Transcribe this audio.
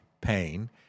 pain